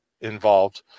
involved